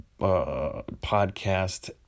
podcast